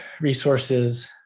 resources